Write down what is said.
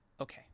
Okay